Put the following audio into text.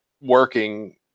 working